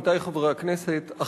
עמיתי חברי הכנסת,